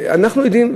אנחנו יודעים,